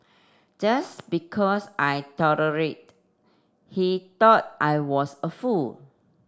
just because I tolerate he thought I was a fool